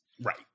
right